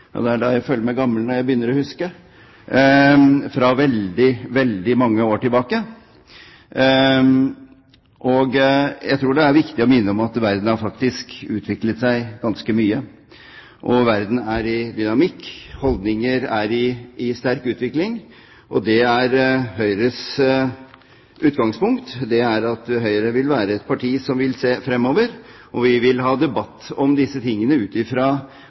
og det er da jeg føler meg gammel, når jeg begynner å huske – fra veldig, veldig mange år tilbake. Jeg tror det er viktig å minne om at verden faktisk har utviklet seg ganske mye, at verden er dynamisk, og holdninger er i sterk utvikling. Høyres utgangspunkt er at Høyre vil være et parti som vil se fremover, og vi vil ha debatt om dette ut